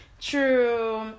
True